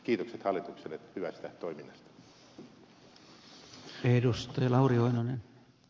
kiitokset hallitukselle hyvästä toiminnasta